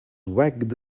wagged